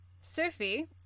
Sophie